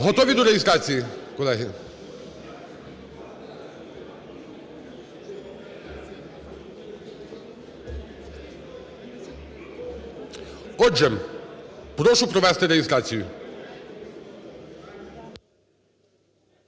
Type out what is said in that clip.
Готові до реєстрації, колеги? Отже, прошу провести реєстрацію.